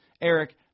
Eric